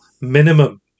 minimum